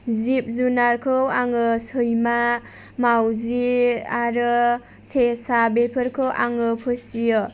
जिब जुनारखौ आङो सैमा मावजि आरो सेसा बेफोरखौ आङो फिसियो